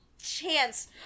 chance